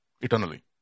Eternally